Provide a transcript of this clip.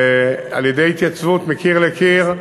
ועל-ידי התייצבות מקיר לקיר,